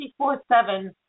24-7